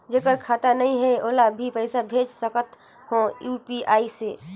जेकर खाता नहीं है ओला भी पइसा भेज सकत हो यू.पी.आई से?